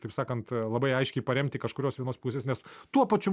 taip sakant labai aiškiai paremti kažkurios vienos pusės nes tuo pačiu